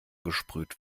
gesprüht